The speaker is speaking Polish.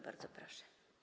Bardzo proszę.